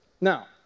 Now